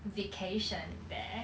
vacation there